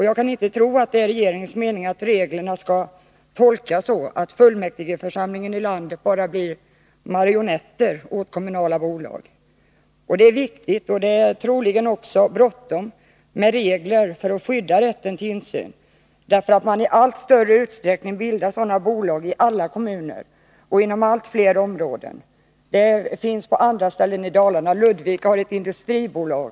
Jag kan inte tro att det är regeringens mening att reglerna skall tolkas så att fullmäktigeförsamlingarna i landet bara blir marionetter åt kommunala bolag. Det är viktigt och troligen också bråttom med regler för att skydda rätten tillinsyn. I allt större utsträckning bildar man nämligen sådana här bolag i alla kommuner och inom allt fler områden. I Ludvika har man t.ex. samma problem i ett industribolag.